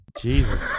Jesus